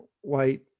White